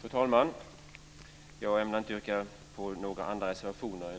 Fru talman! Jag ämnar inte yrka bifall till några andra reservationer eller